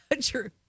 True